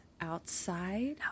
outside